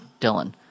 Dylan